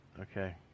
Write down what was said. okay